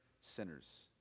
sinners